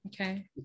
okay